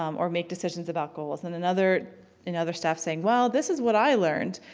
um or make decisions about goals. and another another staff saying, well this is what i learned.